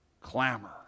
Clamor